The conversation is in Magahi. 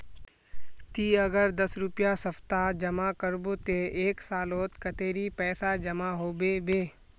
ती अगर दस रुपया सप्ताह जमा करबो ते एक सालोत कतेरी पैसा जमा होबे बे?